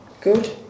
Good